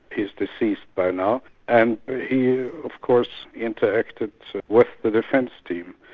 he's deceased by now and he of course interacted with the defence team.